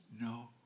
No